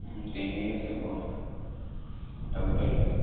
ten years అబోనే పెద్ద పిల్లలే